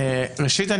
ראשית,